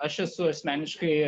aš esu asmeniškai